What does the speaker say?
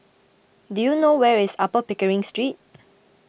do you know where is Upper Pickering Street